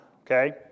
okay